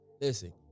listen